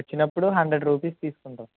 వచ్చినప్పుడు hundred rupees తీసుకొని రా